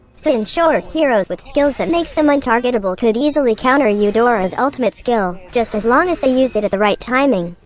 so in short, heroes with skills that makes them untargettable could easily counter eudora's ultimate skill, just as long as they use it at the right timing.